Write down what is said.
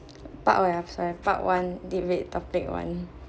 I'm sorry part one debate topic one